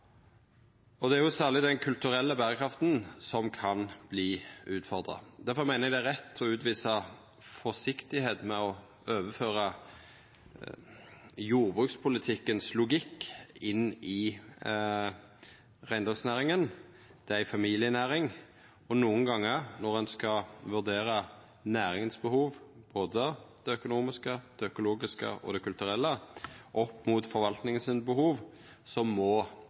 Det er særleg den kulturelle berekrafta som kan verta utfordra. Difor meiner eg det er rett å utvisa forsiktigheit med å overføra jordbrukspolitikkens logikk til reindriftsnæringa. Det er ei familienæring, og nokre gongar når ein skal vurdera behova til næringa – både dei økonomiske, dei økologiske og dei kulturelle – opp mot behova til forvaltinga, må